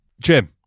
Jim